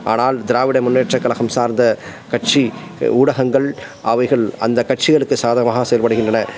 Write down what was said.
ஆனால் திராவிட முன்னேற்றக் கழகம் சார்ந்த கட்சி ஊடகங்கள் அவைகள் அந்தக் கட்சிகளுக்கு சாதகமாக செயல்படுகின்றன